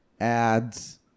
ads